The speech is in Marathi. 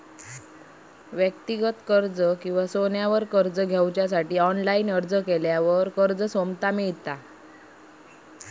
व्यक्तिगत कर्ज किंवा सोन्यार कर्ज घेवच्यासाठी ऑनलाईन अर्ज केल्यार सोमता कर्ज मेळता